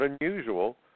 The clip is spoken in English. unusual